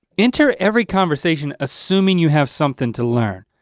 enter every conversation, assuming you have something to learn,